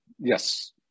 Yes